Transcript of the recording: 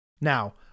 Now